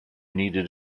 needed